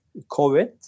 COVID